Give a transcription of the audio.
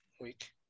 week